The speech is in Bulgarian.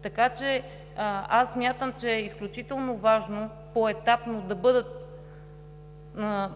участък. Аз смятам, че е изключително важно поетапно да бъдат